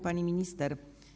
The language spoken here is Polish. Pani Minister!